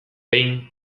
behin